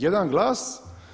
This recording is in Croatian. Jedan glas.